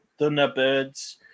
Thunderbirds